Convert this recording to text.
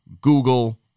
Google